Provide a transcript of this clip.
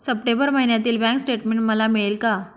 September महिन्यातील bank statement मला मिळेल का?